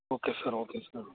okay sir okay sir